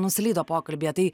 nuslydo pokalbyje tai